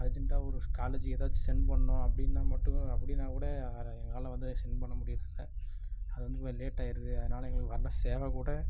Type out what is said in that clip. அர்ஜெண்டாக ஒரு காலேஜ் ஏதாச்சும் சென்ட் பண்ணணும் அப்படின்னா மட்டும் அப்படின்னாகூட அர எங்களால் வந்து சென்ட் பண்ண முடியறதில்ல அது வந்து கொஞ்சம் லேட் ஆயிடுது அதனால எங்களுக்கு வர்ற சேவைகூட